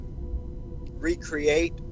recreate